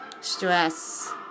stress